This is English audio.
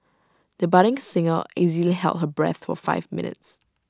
the budding singer easily held her breath for five minutes